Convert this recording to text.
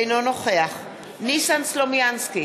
אינו נוכח ניסן סלומינסקי,